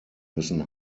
müssen